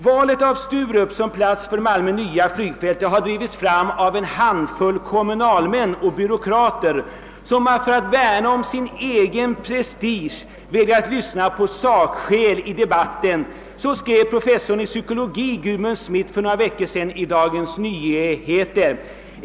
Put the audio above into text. Valet av Sturup som plats för Malmö nya flygfält har drivits fram av en handfull. kommunalmän och byråkrater, som för att värna om sin egen prestige vägrat lyssna på sakskäl i debatten, skrev professorn i psykologi Gudmund Smith för några veckor sedan i Dagens Nyheter.